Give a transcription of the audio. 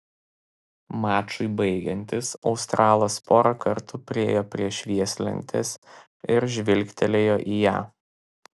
mačui baigiantis australas porą kartų priėjo prie švieslentės ir žvilgtelėjo į ją